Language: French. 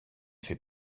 fait